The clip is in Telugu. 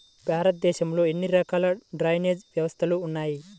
భారతదేశంలో ఎన్ని రకాల డ్రైనేజ్ వ్యవస్థలు ఉన్నాయి?